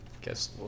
guess